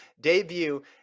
debut